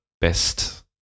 best